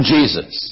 Jesus